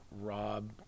Rob